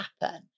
happen